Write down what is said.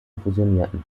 fusionierten